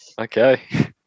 Okay